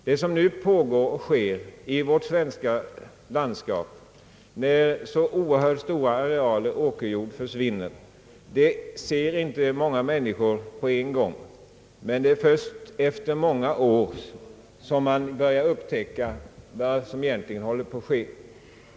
Det som nu sker i det svenska landskapet, när så stora arealer åkerjord försvinner, ser inte många människor genast och samtidigt. Det är först efter många år som man börjar upptäcka, vad som egentligen håller på att ske.